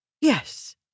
Yes